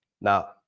Now